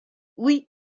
oui